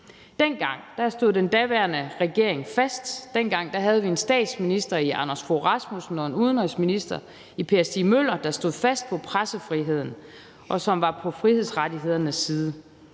Dengang stod den daværende regering fast, dengang havde vi en statsminister i Anders Fogh Rasmussen og en udenrigsminister i Per Stig Møller, der stod fast på pressefriheden, og som var på frihedsrettighedernes side.